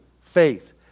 faith